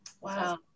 wow